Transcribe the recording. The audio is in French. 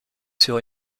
sur